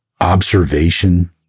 observation